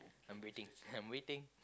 I am waiting I am waiting